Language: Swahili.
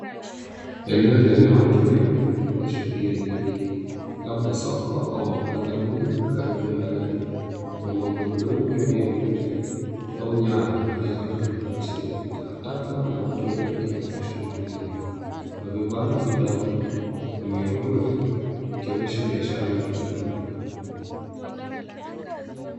Eneo lenye watu wengi na shughuli nyingi, labda soko au makazi duni karibu na reli. Kuna magurudumu mengi ya maji au nyaya zilizotapakaa chini, takataka na watu wengi wakiendelea na shughuli zao. Kuna vibanda vidogo na miavuli, ikionyesha biashara ndogo ndogo.